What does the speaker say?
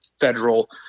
federal